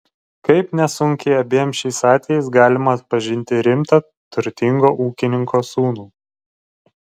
kaip nesunkiai abiem šiais atvejais galima atpažinti rimtą turtingo ūkininko sūnų